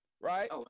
Right